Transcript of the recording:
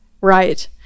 right